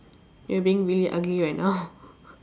you're being really ugly right now